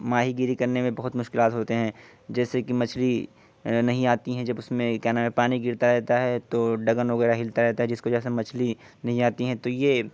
ماہی گیری کرنے میں بہت مشکلات ہوتے ہیں جیسے کہ مچھلی نہیں آتی ہیں جب اس میں کیا نام ہے پانی گرتا رہتا ہے تو ڈگن وغیرہ ہلتا رہتا ہے جس کی وجہ سے مچھلی نہیں آتی ہیں تو یہ